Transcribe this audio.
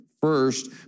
first